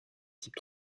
type